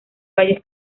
valles